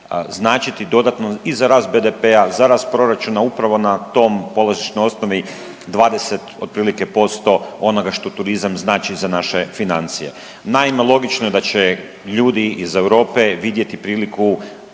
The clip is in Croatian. značiti dodatno i za rast BDP-a, za rast proračuna, upravo na toj polazišnoj osnovi 20 otprilike posto onoga što turizam znači za naše financije? Naime, logično je da će ljudi iz Europe vidjeti priliku